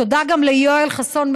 תודה גם ליואל חסון,